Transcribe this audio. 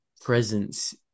presence